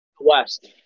West